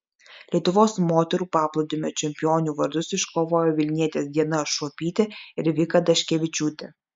lietuvos moterų paplūdimio čempionių vardus iškovojo vilnietės diana šuopytė ir vika daškevičiūtė